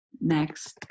Next